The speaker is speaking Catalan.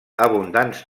abundants